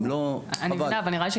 אם לא, חבל.